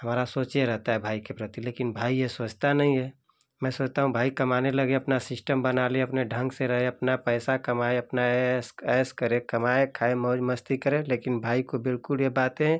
हमारा सोच ये रहता है भाई के प्रति लेकिन भाई ये सोचता नहीं है मैं ये सोचता हुँ भाई कमाने लगे अपना सिस्टम बना ले अपने ढंग से रहे अपना पैसा कमाए अपना ऐस ऐस करे कमाए खाए मौज मस्ती करे लेकिन भाई को बिल्कुल ये बातें